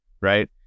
right